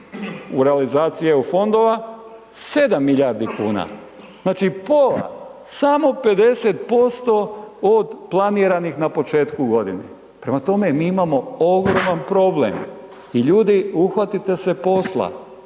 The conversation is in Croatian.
u realizaciji EU fondova? 7 milijardi kuna. Znači pola, samo 50% od planiranih na početku godine. Prema tome, mi imamo ogroman problem i ljudi, uhvatite se posla.